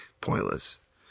pointless